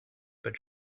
but